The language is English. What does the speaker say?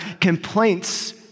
complaints